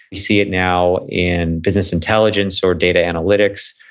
we see it now in business intelligence or data analytics,